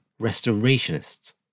Restorationists